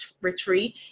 Retreat